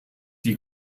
die